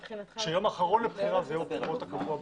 להקדים את הבחירות כך שהיום האחרון לבחירה הוא היום שקבוע בחוק.